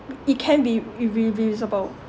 it can be re~ reversible